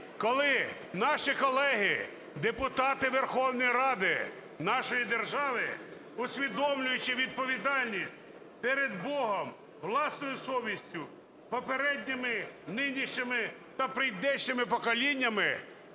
коли наші колеги, депутати Верховної Ради нашої держави, усвідомлюючи відповідальність перед Богом, власною совістю, попередніми, нинішніми та прийдешніми поколіннями,